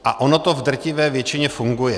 A ono to v drtivé většině funguje.